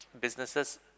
businesses